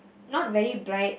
not very bright